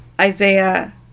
Isaiah